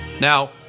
Now